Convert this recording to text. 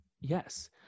yes